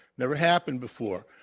never happened before.